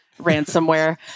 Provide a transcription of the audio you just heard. ransomware